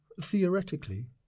theoretically